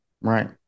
right